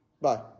bye